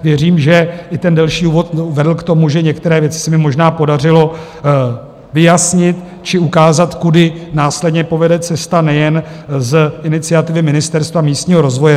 Věřím, že i ten delší úvod vedl k tomu, že některé věci se mi možná podařilo vyjasnit či ukázat, kudy následně povede cesta nejen z iniciativy ministerstva místního rozvoje.